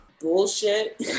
Bullshit